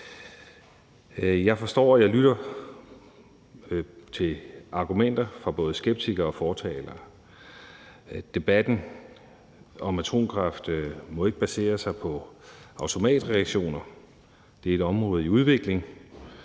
der kunne noget. Jeg lytter til argumenter fra både skeptikere og fortalere. Debatten om atomkraft må ikke basere sig på automatreaktioner. Det er et område i udvikling,